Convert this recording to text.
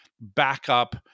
backup